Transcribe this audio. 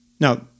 Now